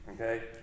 Okay